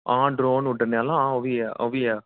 आं ड्रोन उड्डने आह्ला ओह् बी ऐ ओह् बी ऐ